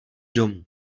domů